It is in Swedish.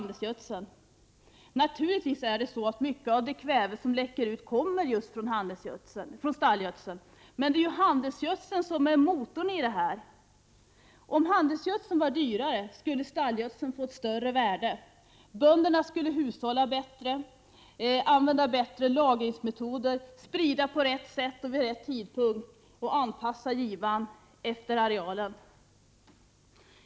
Det förhåller sig naturligtvis så att mycket av det kväve som läcker ut kommer just från stallgödsel, men det är ju handelsgödsel som är motorn i det här. Om handelsgödsel vore dyrare, skulle stallgödsel få ett större värde. Bönderna skulle hushålla bättre, använda bättre lagringsmetoder, sprida på rätt sätt och vid rätt tidpunkt samt anpassa givan efter arealen.